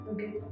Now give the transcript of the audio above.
Okay